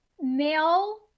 male